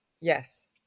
Yes